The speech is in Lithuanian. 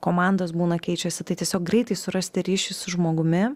komandos būna keičiasi tai tiesiog greitai surasti ryšį su žmogumi